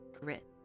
grit